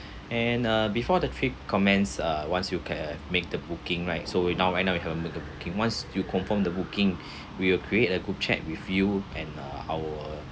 and uh before the trip commence uh once you ca~ uh make the booking right so we now went up the booking once you confirm the booking we will create a group chat with you and our